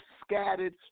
scattered